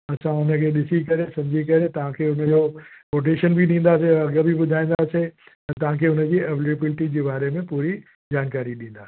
असां उन खे ॾिसी करे सम्झी करे तव्हांखे उन जो कोटेशन बि ॾींदासीं अघु बि ॿुधाईंदासीं त तव्हांखे उन जी अवलेबिलिटी जे बारे में पूरी जानकारी ॾींदासीं